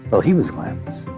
well, he was glamorous.